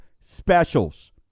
specials